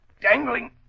dangling